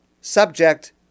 subject